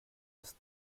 ist